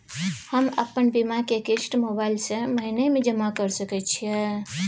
हम अपन बीमा के किस्त मोबाईल से महीने में जमा कर सके छिए?